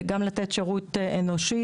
גם לתת שירות אנושי,